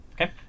Okay